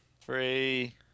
Three